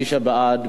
מי שבעד,